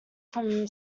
from